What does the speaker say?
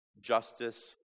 Justice